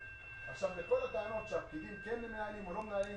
לכל הטענות שהפקידים מנהלים או לא מנהלים